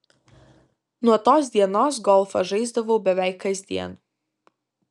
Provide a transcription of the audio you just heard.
nuo tos dienos golfą žaisdavau beveik kasdien